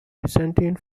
byzantine